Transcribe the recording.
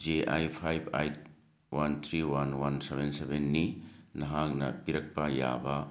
J I five eight one three one one seven ꯁꯕꯦꯟꯅꯤ ꯅꯍꯥꯛꯅ ꯄꯤꯔꯛꯄ ꯌꯥꯕ